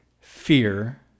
fear